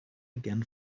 again